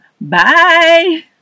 Bye